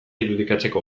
irudikatzeko